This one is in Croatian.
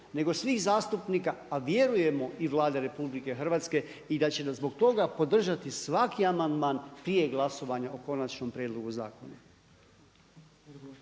nego svih zastupnika a vjerujemo i Vlade RH i da će zbog toga podržati svaki amandman prije glasovanja o konačnom prijedlogu zakona.